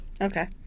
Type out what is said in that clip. okay